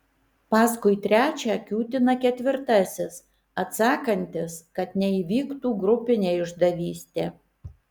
paskui trečią kiūtina ketvirtasis atsakantis kad neįvyktų grupinė išdavystė